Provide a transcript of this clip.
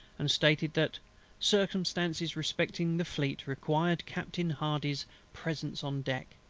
and stated that circumstances respecting the fleet required captain hardy's presence on deck,